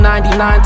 99